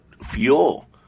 fuel